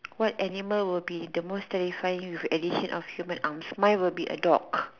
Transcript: what animal will the most terrifying with the addition of human arms mine will be a dog